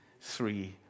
three